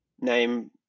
name